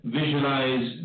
visualize